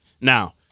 Now